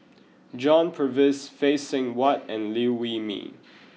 John Purvis Phay Seng Whatt and Liew Wee Mee